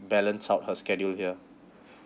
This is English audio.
balance out her schedule here